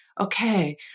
okay